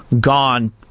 gone